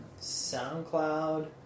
SoundCloud